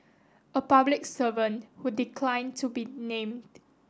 a public servant who declined to be named